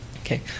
Okay